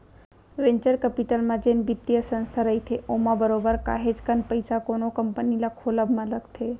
venture capital म जेन बित्तीय संस्था रहिथे ओमा बरोबर काहेच कन पइसा कोनो कंपनी ल खोलब म लगथे